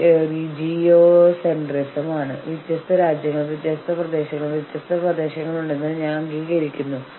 ഓരോ ജീവനക്കാരനും ഫാക്ടറിക്ക് സമീപം എവിടെയെങ്കിലും താമസിക്കാൻ ഒരിടം വേണമെന്ന് ഞങ്ങൾ ആഗ്രഹിക്കുന്നു